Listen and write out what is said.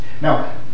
Now